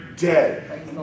dead